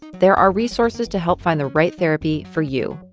there are resources to help find the right therapy for you.